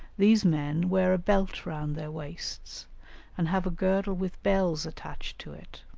these men wear a belt round their waists and have a girdle with bells attached to it,